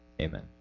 amen